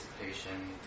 participation